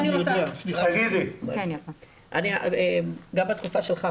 גם בתקופה שלך,